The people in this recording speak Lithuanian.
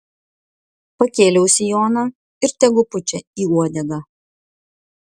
pakėliau sijoną ir tegu pučia į uodegą